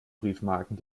briefmarken